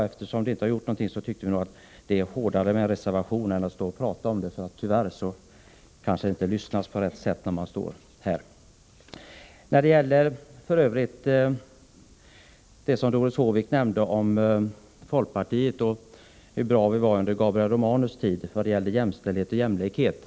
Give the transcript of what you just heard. Eftersom ingenting har hänt, tyckte vi att en reservation skulle väga tyngre än bara ett påpekande i debatten, som man kanske inte alltid lyssnar på på rätt sätt. Doris Håvik talade om hur bra folkpartiet var under Gabriel Romanus tid när det gällde jämställdhet och jämlikhet.